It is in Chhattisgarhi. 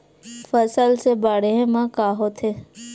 फसल से बाढ़े म का होथे?